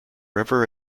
river